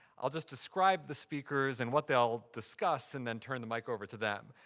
i'll just describe the speakers and what they'll discuss and then turn the mic over to them.